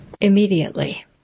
immediately